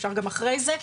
אפשר גם אחרי זה,